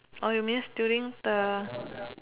orh you miss doing the